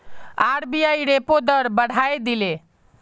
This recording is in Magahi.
आर.बी.आई रेपो दर बढ़ाए दिले